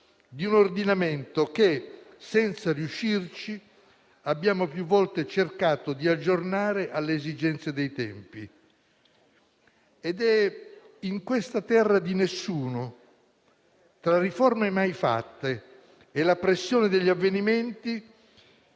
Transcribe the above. di un ordinamento che, senza riuscirci, abbiamo più volte cercato di aggiornare alle esigenze dei tempi. Ed è in questa terra di nessuno, tra riforme mai fatte e la pressione degli avvenimenti,